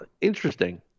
interesting